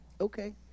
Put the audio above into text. okay